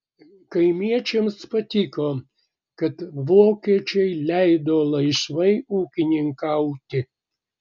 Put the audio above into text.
kaimiečiams patiko kad vokiečiai leido laisvai ūkininkauti